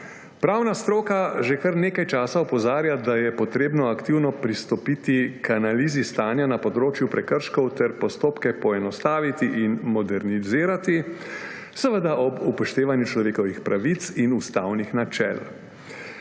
Pravna stroka že kar nekaj časa opozarja, da je potrebno aktivno pristopiti k analizi stanja na področju prekrškov ter postopke poenostaviti in modernizirati, seveda ob upoštevanju človekovih pravic in ustavnih načel.